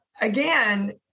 again